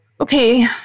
okay